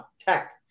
tech